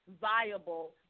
viable